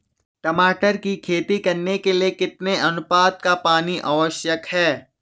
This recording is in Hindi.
टमाटर की खेती करने के लिए कितने अनुपात का पानी आवश्यक है?